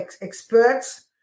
experts